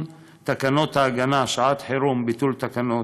תקנות ההגנה (שעת חירום) (ביטול תקנות),